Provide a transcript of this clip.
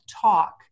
talk